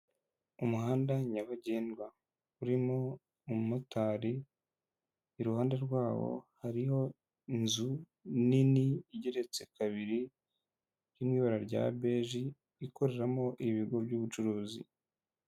Umuhanda nyabagendwa urimo umumotari iruhande rwawo hariho inzu nini igeretse kabiri yo mu ibara rya beji ikoreramo ibigo by'ubucuruzi.